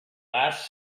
last